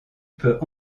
peut